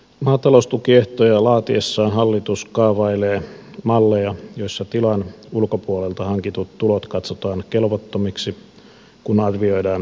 maataloustukiehtoja laatiessaan hallitus kaavailee malleja joissa tilan ulkopuolelta hankitut tulot katsotaan kelvottomiksi kun arvioidaan esimerkiksi